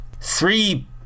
Three